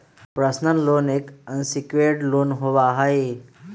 personal loan एक unsecured loan होबा हई